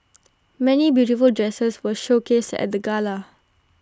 many beautiful dresses were showcased at the gala